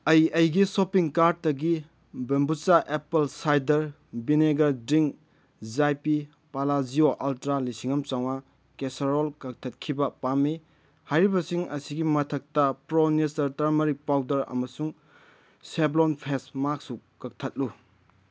ꯑꯩ ꯑꯩꯒꯤ ꯁꯣꯞꯄꯣꯡ ꯀꯥꯔꯠꯇꯒꯤ ꯕꯦꯝꯕꯨꯆꯥ ꯑꯦꯄꯜ ꯁꯥꯏꯗꯔ ꯕꯤꯅꯦꯒꯔ ꯗ꯭ꯔꯤꯡ ꯖꯥꯏꯄꯤ ꯄꯥꯂꯥꯖꯤꯌꯣ ꯑꯜꯇ꯭ꯔꯥ ꯂꯤꯁꯤꯡ ꯑꯃ ꯆꯥꯝꯃꯉꯥ ꯀꯦꯁꯣꯔꯣꯜ ꯀꯛꯊꯠꯈꯤꯕ ꯄꯥꯝꯃꯤ ꯍꯥꯏꯔꯤꯕꯁꯤꯡ ꯑꯁꯤꯒꯤ ꯃꯊꯛꯇ ꯄ꯭ꯔꯣ ꯅꯦꯆꯔ ꯇꯔꯃꯔꯤꯛ ꯄꯥꯎꯗꯔ ꯑꯃꯁꯨꯡ ꯁꯦꯞꯂꯣꯟ ꯐꯦꯁ ꯃꯥꯛꯁꯁꯨ ꯀꯛꯊꯠꯂꯨ